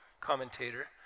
commentator